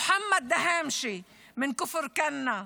מוחמד דהאמשה מכפר כנא,